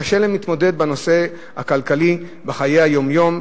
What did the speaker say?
קשה להם להתמודד בנושא הכלכלי בחיי היום-יום,